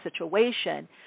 situation